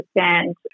understand